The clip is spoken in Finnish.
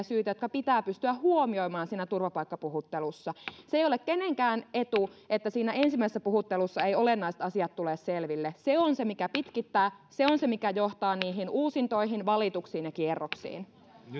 syitä jotka pitää pystyä huomioimaan siinä turvapaikkapuhuttelussa se ei ole kenenkään etu että siinä ensimmäisessä puhuttelussa eivät olennaiset asiat tule selville se on se mikä pitkittää se on se mikä johtaa niihin uusintoihin valituksiin ja kierroksiin